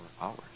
hours